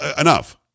enough